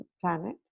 planet